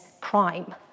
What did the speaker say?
crime